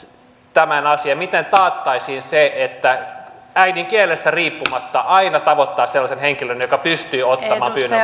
tämän asian miten taattaisiin se että äidinkielestä riippumatta aina tavoittaisi sellaisen henkilön joka pystyy ottamaan pyynnön